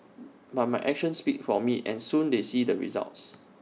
but my actions speak for me and soon they see the results